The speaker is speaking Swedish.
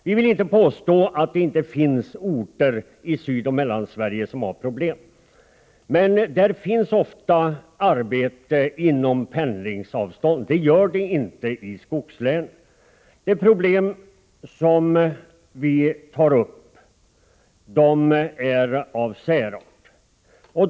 Vi vill inte påstå att det inte finns orter i Sydoch Mellansverige som har problem, men där finns det ofta arbeten inom pendlingsavstånd, och det gör det inte i skogslänen. De problem vi tar upp är av särart.